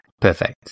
Perfect